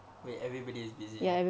wait everybody is busy